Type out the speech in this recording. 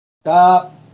Stop